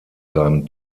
seinem